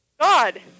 God